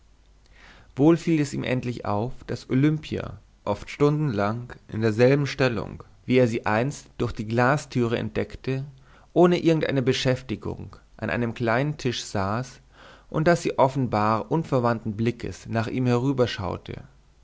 wohl fiel es ihm endlich auf daß olimpia oft stundenlang in derselben stellung wie er sie einst durch die glastüre entdeckte ohne irgend eine beschäftigung an einem kleinen tische saß und daß sie offenbar unverwandten blickes nach ihm